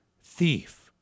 thief